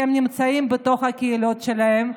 כי הם נמצאים בתוך הקהילות שלהם,